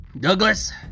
Douglas